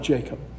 Jacob